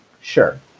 Sure